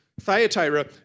Thyatira